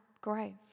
grave